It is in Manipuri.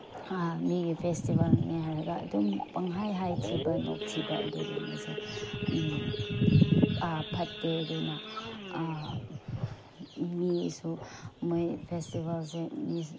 ꯃꯤꯒꯤ ꯐꯦꯁꯇꯤꯚꯦꯜꯅꯦ ꯍꯥꯏꯔꯒ ꯑꯗꯨꯝ ꯄꯪꯍꯥꯏ ꯍꯥꯏꯊꯤꯕ ꯅꯣꯛꯊꯤꯕ ꯑꯗꯨꯒꯨꯝꯕꯁꯦ ꯐꯠꯇꯦ ꯑꯗꯨꯅ ꯃꯤꯒꯤꯁꯨ ꯃꯣꯏ ꯐꯦꯁꯇꯤꯚꯦꯜꯁꯦ ꯃꯤ